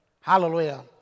Hallelujah